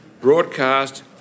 broadcast